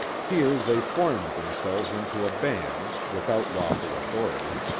here they formed themselves into a band, without lawful authority,